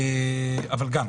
אבל גם,